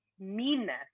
meanness